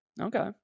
Okay